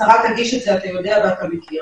השרה תגיש את זה, אתה יודע ואתה מכיר.